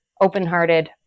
open-hearted